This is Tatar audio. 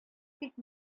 тик